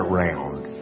round